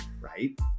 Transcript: right